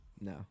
No